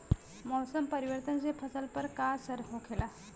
मौसम परिवर्तन से फसल पर का असर होखेला?